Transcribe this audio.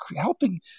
helping